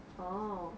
oh